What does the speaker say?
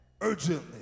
urgently